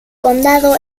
condado